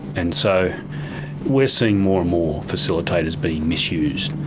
and so we're seeing more and more facilitators being misused.